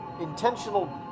...intentional